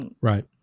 right